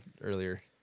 earlier